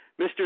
mr